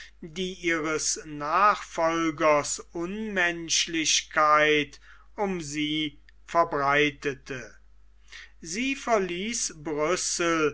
die ihres nachfolgers unmenschlichkeit um sie verbreitete sie verließ brüssel